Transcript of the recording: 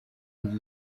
zunze